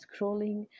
scrolling